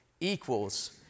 equals